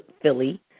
Philly